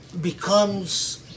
becomes